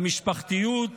המשפחתיות,